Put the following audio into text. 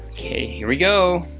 okay. here we go.